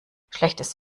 schlechtes